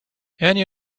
ernie